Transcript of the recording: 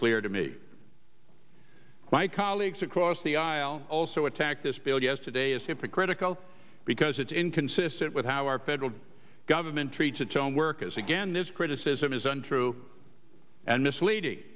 clear to me and my colleagues across the aisle also attacked this bill yesterday is hypocritical because it's inconsistent with how our federal government treats its own workers again this criticism is untrue and mislead